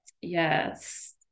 yes